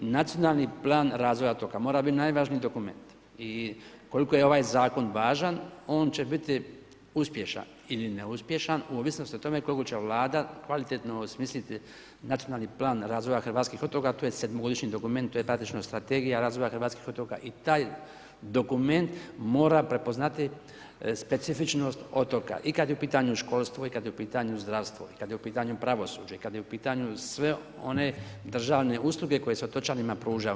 Nacionalni plan razvoja otoka mora biti najvažniji dokument i koliko je ovaj Zakon važan, on će biti uspješan ili neuspješan u ovisnosti o tome koliko će Vlada kvalitetno osmisliti nacionalni plan razvoja hrvatskih otoka, a to je sedmogodišnji dokument, to je praktično strategija razvoja hrvatskih otoka i taj dokument mora prepoznati specifičnost otoka i kad je u pitanju školstvu i kad je u pitanju zdravstvo i kad je u pitanju pravosuđe i kad je u pitanju sve one državne usluge koje se otočanima pružaju.